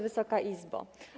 Wysoka Izbo!